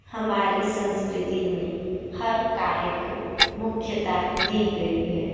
हमारी संस्कृति में हर कार्य को मुख्यतः दी गई है